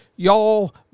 Y'all